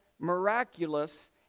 miraculous